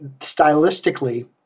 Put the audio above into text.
stylistically